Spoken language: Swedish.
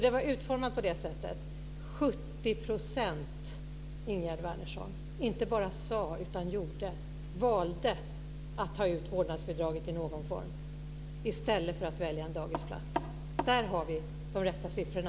Den var utformad på det sättet. 70 %, Ingegerd Wärnersson, inte bara sade att man ville utan valde att ta ut vårdnadsbidraget i någon form i stället för att välja en dagisplats. Där har vi de rätta siffrorna.